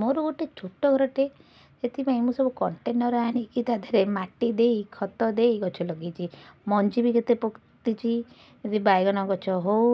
ମୋର ଗୋଟେ ଛୋଟ ଘରଟିଏ ସେଥିପାଇଁ ମୁଁ ସବୁ କଣ୍ଟେନର୍ ଆଣିକି ତା'ଦେହରେ ମାଟି ଦେଇ ଖତ ଦେଇ ଗଛ ଲଗାଇଛି ମଞ୍ଜି ବି କେତେ ପୋତିଛି ସେ ବାଇଗଣ ଗଛ ହଉ